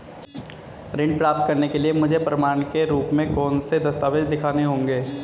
ऋण प्राप्त करने के लिए मुझे प्रमाण के रूप में कौन से दस्तावेज़ दिखाने होंगे?